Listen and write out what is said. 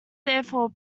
therefore